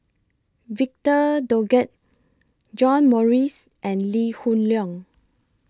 Victor Doggett John Morrice and Lee Hoon Leong